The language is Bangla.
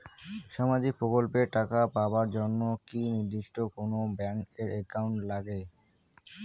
সামাজিক প্রকল্পের টাকা পাবার জন্যে কি নির্দিষ্ট কোনো ব্যাংক এর একাউন্ট লাগে?